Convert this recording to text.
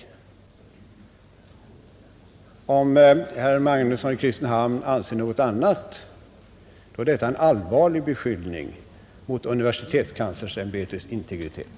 Om herr Magnusson anser något annat, är det en allvarlig beskyllning mot universitetskanslersämbetets integritet.